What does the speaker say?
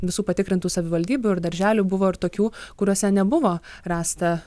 visų patikrintų savivaldybių ir darželių buvo ir tokių kuriuose nebuvo rasta